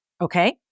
okay